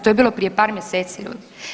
To je bilo prije par mjeseci ljudi.